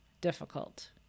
difficult